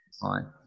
Fine